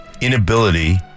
inability